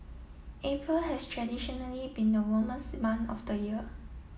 April has traditionally been the warmest month of the year